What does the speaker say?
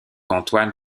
antoine